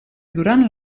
durant